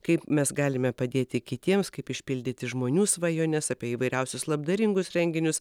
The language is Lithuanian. kaip mes galime padėti kitiems kaip išpildyti žmonių svajones apie įvairiausius labdaringus renginius